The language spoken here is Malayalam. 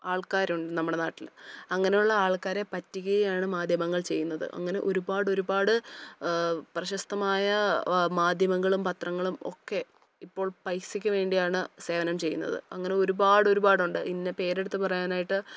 ആൾക്കാരുണ്ട് നമ്മുടെ നാട്ടില് അങ്ങനെയുള്ള ആൾക്കാരെ പറ്റിക്കുകയാണ് മാധ്യമങ്ങൾ ചെയ്യുന്നത് അങ്ങനെ ഒരുപാടൊരുപാട് പ്രശസ്തമായ മാധ്യമങ്ങളും പത്രങ്ങളും ഒക്കെ ഇപ്പൊൾ പൈസയ്ക്ക് വേണ്ടിയാണ് സേവനം ചെയ്യുന്നത് അങ്ങനൊരുപാടൊരുപാടുണ്ട് ഇന്ന പേരെടുത്തു പറയാനായിട്ട്